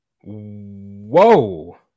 whoa